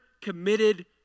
committed